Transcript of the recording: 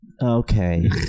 Okay